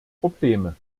probleme